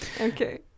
Okay